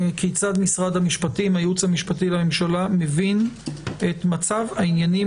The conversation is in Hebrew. כיצד הייעוץ המשפטי לממשלה מבין את מצב העניינים